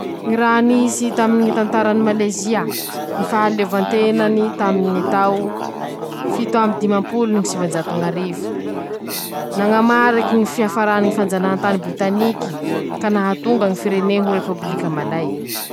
Ñy raha nisy taminy ñy tantarany Maleziañy: Fahaleovantenany taminy ñy tao fito amby dimampolo no sivanjato ñ'arivo, nañamariky ñy fiafarany ñy fanjanahantany britaniky, ka nahatonga ñy firenea ho repôbilika Malay.